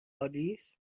آلیس